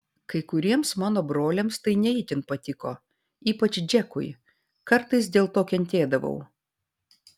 kai kuriems mano broliams tai ne itin patiko ypač džekui kartais dėl to kentėdavau